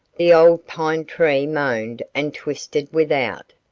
the old pine tree moaned and twisted without,